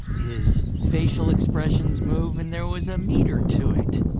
his facial expressions move. and there was a meter to it,